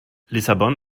lissabon